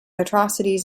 atrocities